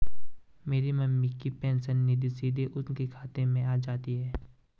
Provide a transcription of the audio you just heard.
मेरी मम्मी की पेंशन निधि सीधे उनके खाते में आ जाती है